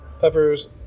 peppers